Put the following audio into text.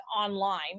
online